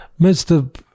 Mr